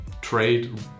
trade